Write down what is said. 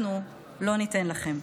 אנחנו לא ניתן לכם.